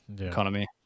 economy